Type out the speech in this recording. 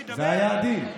זה היה הדיל.